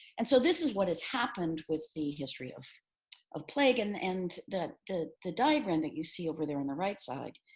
and so this is what has happened with the history of of plague and and the the diagram that you see over there on the right side,